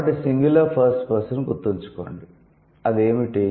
కాబట్టి 'singular first person' గుర్తుంచుకోండి అది ఏమిటి